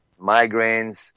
migraines